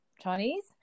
Chinese